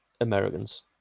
Americans